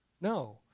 No